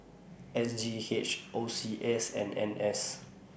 S G H O C S and N S